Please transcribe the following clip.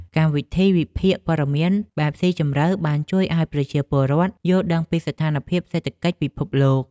កម្មវិធីវិភាគព័ត៌មានបែបស៊ីជម្រៅបានជួយឱ្យប្រជាពលរដ្ឋយល់ដឹងពីស្ថានភាពសេដ្ឋកិច្ចពិភពលោក។